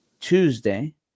Tuesday